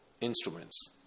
instruments